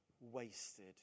wasted